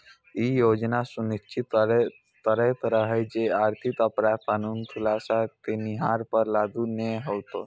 ई योजना सुनिश्चित करैत रहै जे आर्थिक अपराध कानून खुलासा केनिहार पर लागू नै हेतै